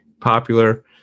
popular